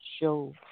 show